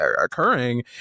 occurring